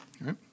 right